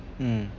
mm